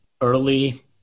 early